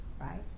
right